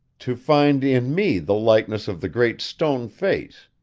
to find in me the likeness of the great stone face.